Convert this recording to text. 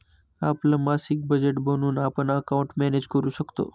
आपलं मासिक बजेट बनवून आपण अकाउंट मॅनेज करू शकतो